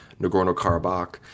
Nagorno-Karabakh